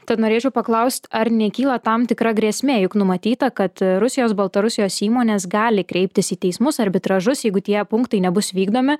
tad norėčiau paklaust ar nekyla tam tikra grėsmė juk numatyta kad rusijos baltarusijos įmonės gali kreiptis į teismus arbitražus jeigu tie punktai nebus vykdomi